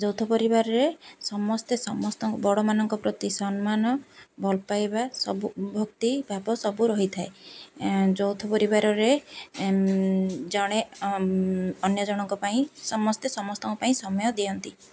ଯୌଥ ପରିବାରରେ ସମସ୍ତେ ସମସ୍ତଙ୍କ ବଡ଼ମାନଙ୍କ ପ୍ରତି ସମ୍ମାନ ଭଲ୍ ପାଇବା ସବୁ ଭକ୍ତି ଭାବ ସବୁ ରହିଥାଏ ଯୌଥ ପରିବାରରେ ଜଣେ ଅନ୍ୟ ଜଣଙ୍କ ପାଇଁ ସମସ୍ତେ ସମସ୍ତଙ୍କ ପାଇଁ ସମୟ ଦିଅନ୍ତି